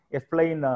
Explain